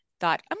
thought